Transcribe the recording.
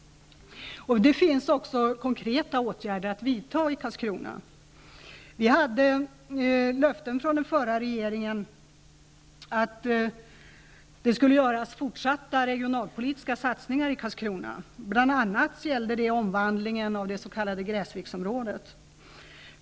Det finns också konkreta åtgärder att vidta i Karlskrona. Vi hade fått löften från den förra regeringen om att det skulle göras fortsatta regionalpolitiska satsningar i Karlskrona. Det gällde bl.a. omvandlingen av det s.k. Gräsviksområdet.